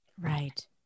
Right